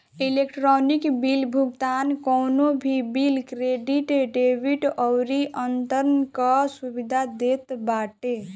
electronic bill भुगतान कवनो भी बिल, क्रेडिट, डेबिट अउरी अंतरण कअ सुविधा देत बाटे